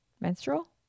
menstrual